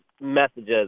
messages